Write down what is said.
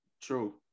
True